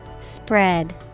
Spread